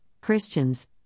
Christians